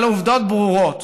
אבל עובדות ברורות